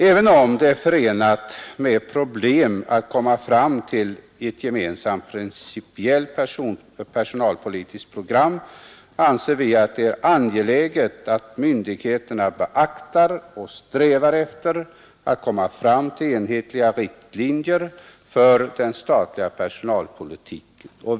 Även om det är förenat med problem att komma fram till ett gemensamt principiellt personalpolitiskt program anser vi att det är angeläget att myndigheterna beaktar och strävar efter att komma fram till enhetliga riktlinjer för den statliga personalpolitiken.